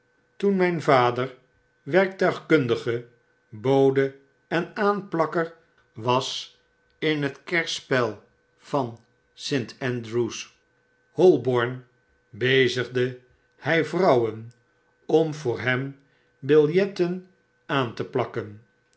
toen myn vader werktuigkundige bode en aanplakker was in het kerspel van st andrew's holborn bezigde hy vrouwen om voor hem biljetten aan te plakken